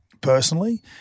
personally